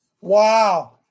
Wow